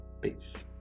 Peace